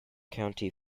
county